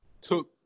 took